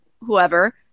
whoever